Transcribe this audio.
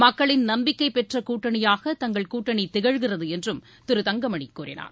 மக்களின் நம்பிக்கை பெற்ற கூட்டணியாக தங்கள் கூட்டணி திகழ்கிறது என்றும் திரு தங்கமணி கூறினார்